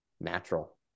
natural